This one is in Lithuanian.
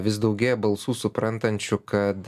vis daugėja balsų suprantančių kad